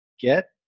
get